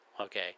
Okay